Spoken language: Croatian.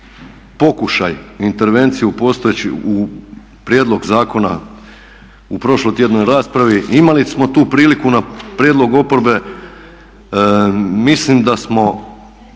pokušaj intervencije u prijedlog zakona u prošlotjednoj raspravi imali smo tu priliku na prijedlog oporbe. Mislim da smo